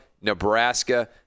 Nebraska